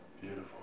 Beautiful